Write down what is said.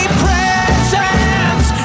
presents